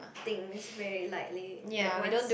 things very lightly like once